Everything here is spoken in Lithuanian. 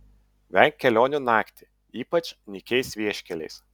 venk kelionių naktį ypač nykiais vieškeliais